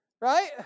Right